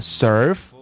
serve